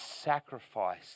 sacrifice